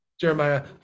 Jeremiah